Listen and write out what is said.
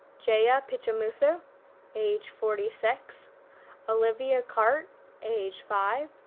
jeya ah pichamuthu age forty six olivia cart age five,